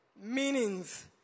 meanings